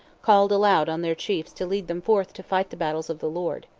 called aloud on their chiefs to lead them forth to fight the battles of the lord.